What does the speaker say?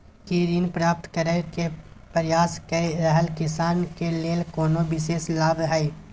की ऋण प्राप्त करय के प्रयास कए रहल किसान के लेल कोनो विशेष लाभ हय?